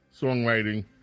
songwriting